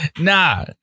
Nah